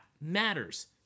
matters